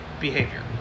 behavior